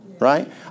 right